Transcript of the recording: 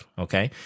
okay